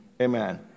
amen